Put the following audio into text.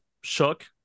shook